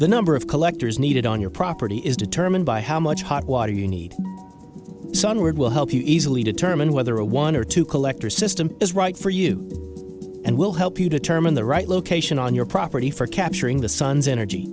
the number of collectors needed on your property is determined by how much hot water you need sunward will help you easily determine whether a one or two collector system is right for you and will help you determine the right location on your property for capturing the sun's energy